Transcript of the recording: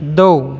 दो